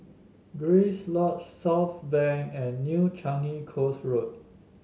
Grace Lodge Southbank and New Changi Coast Road